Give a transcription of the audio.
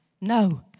no